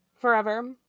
forever